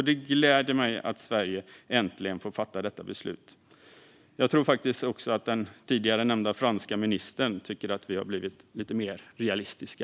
Det gläder mig att Sverige äntligen får fatta detta beslut, och jag tror faktiskt att den tidigare nämnda franska ministern tycker att vi har blivit lite mer realistiska.